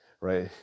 right